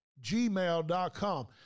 gmail.com